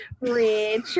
Richard